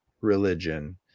religion